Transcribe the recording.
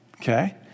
Okay